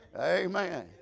amen